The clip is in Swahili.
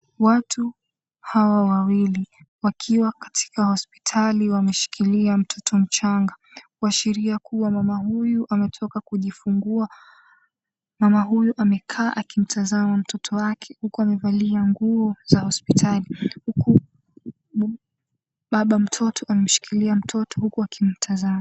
Watu hawa wawili wakiwa katika hospitali wameshikilia mtoto mchanga kuashiria kuwa mama huyu ametoka kujifungua. Mama huyu amekaa akimtazama mtoto wake huku amevalia nguo za hospitali huku baba mtoto ameshikilia mtoto huku akimtazama.